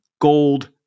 gold